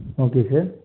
okay sir